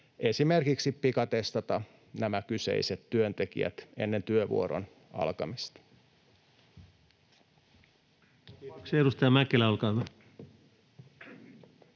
esimerkiksi pikatestata nämä kyseiset työntekijät ennen työvuoron alkamista. [Speech